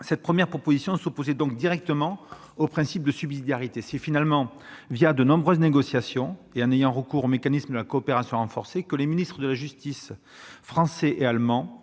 Cette première proposition s'opposait donc directement au principe de subsidiarité. À l'issue de nombreuses négociations, c'est finalement en ayant recours au mécanisme de la coopération renforcée que les ministres de la justice français et allemand